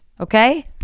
okay